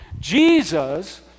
Jesus